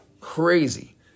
Crazy